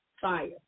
fire